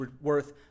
worth